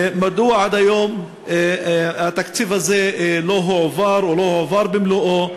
1. מדוע עד היום הזה לא הועבר התקציב או לא הועבר במלואו?